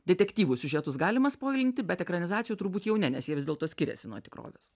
detektyvų siužetus galima spoilinti bet ekranizacijų turbūt jau ne nes jie vis dėlto skiriasi nuo tikrovės